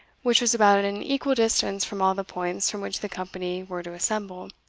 which was about an equal distance from all the points from which the company were to assemble.